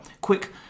quick